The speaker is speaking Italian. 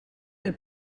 del